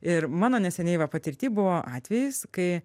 ir mano neseniai va patirty buvo atvejis kai